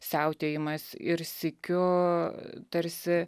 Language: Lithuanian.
siautėjimas ir sykiu tarsi